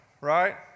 right